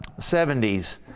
70s